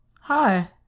Hi